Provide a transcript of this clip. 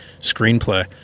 screenplay